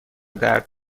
درد